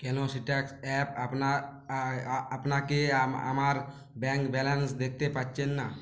কেন সিটাস অ্যাপ আপনা আই আপনাকে আমার ব্যাঙ্ক ব্যালেন্স দেখতে পারছেন না